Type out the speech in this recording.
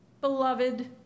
Beloved